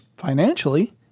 financially